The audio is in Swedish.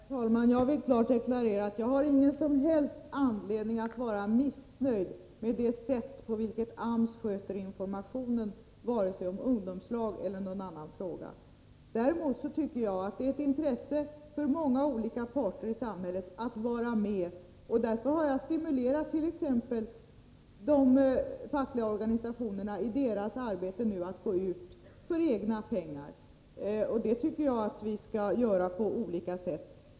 Herr talman! Jag vill klart deklarera att jag inte har någon som helst anledning att vara missnöjd med det sätt på vilket AMS sköter informationen, vare sig när det gäller ungdomslag eller när det gäller något annat. Det är av intresse för många olika parter i samhället att vara med i denna verksamhet. Därför har jag stimulerat t.ex. de fackliga organisationerna i deras arbete med att gå ut och informera för egna pengar. Det skall vi göra på olika sätt.